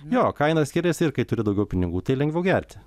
jo kaina skiriasi ir kai turi daugiau pinigų tai lengviau gerti